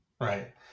Right